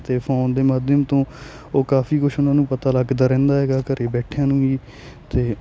ਅਤੇ ਫੋਨ ਦੇ ਮਾਧਿਅਮ ਤੋਂ ਉਹ ਕਾਫ਼ੀ ਕੁਛ ਉਨ੍ਹਾਂ ਨੂੰ ਪਤਾ ਲੱਗਦਾ ਰਹਿੰਦਾ ਹੈਗਾ ਘਰ ਬੈਠਿਆਂ ਨੂੰ ਵੀ ਅਤੇ